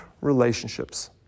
relationships